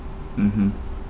mmhmm